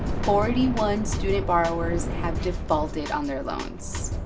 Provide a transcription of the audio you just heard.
forty one student borrowers have defaulted on their loans.